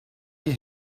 die